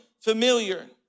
familiar